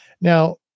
Now